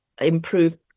improve